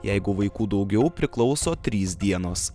jeigu vaikų daugiau priklauso trys dienos